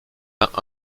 vingt